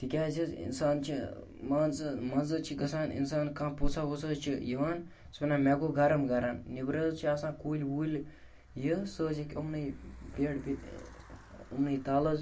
تِکیٛازِ حظ اِنسان چھِ مان ژٕ منٛزٕ چھِ گژھان اِنسان کانٛہہ پوٚژھا وۅژھا حظ چھِ یِوان سُہ چھُ وَنان مےٚ گوٚو گَرم گَرَم نٮ۪برٕ حظ چھِ آسان کُلۍ وُلۍ یہِ سُہ حظ ہیٚکہِ یِمنٕے پٮ۪ٹھ بی یِمنٕے تَل حظ